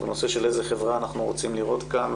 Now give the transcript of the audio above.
נושא של איזה חברה אנחנו רוצים לראות כאן,